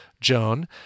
Joan